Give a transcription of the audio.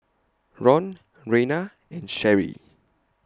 Ron Reina and Sherrie